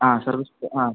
ആ sir list ആ